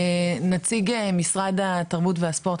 נציג משרד התרבות והספורט,